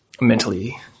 mentally